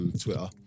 Twitter